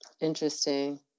Interesting